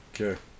Okay